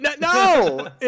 No